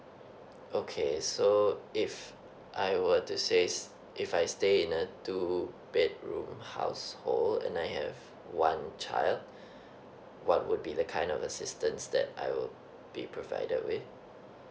okay so if I were to say if I stay in a two bedroom household and I have one child what would be the kind of assistance that I will be provided with